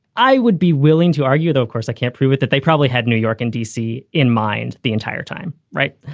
i would be willing to argue, though, cause i can't prove it, that they probably had new york and d c. in mind the entire time. right.